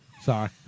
Sorry